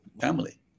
family